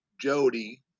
Jody